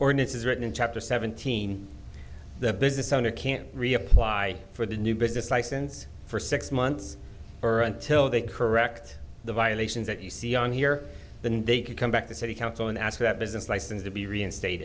ordinance is written in chapter seventeen the business owner can reapply for the new business license for six months or until they correct the violations that you see on here than they could come back to city council and ask for that business license to be reinstate